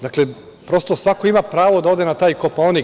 Dakle, prosto svako ima pravo da ode na taj Kopaonik.